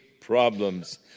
problems